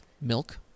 milk